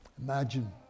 Imagine